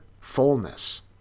fullness